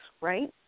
right